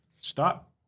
Stop